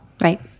Right